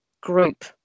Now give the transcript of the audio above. group